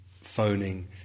phoning